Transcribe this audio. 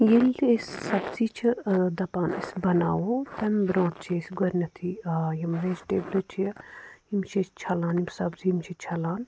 ییٚلہِ تہِ أسۍ سبزی چھِ دَپان أسۍ بَناوو تَمہِ برونٛٹھ چھِ أسۍ گۄڈنٮ۪تھٕے یِم ویجِٹیبلہٕ چھِ یِم چھِ أسۍ چھَلان یِم سَبزی یِم چھِ چھَلان